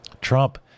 Trump